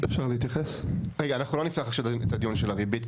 אנחנו לא נפתח עכשיו את הדיון של הריבית,